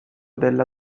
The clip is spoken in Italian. della